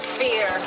fear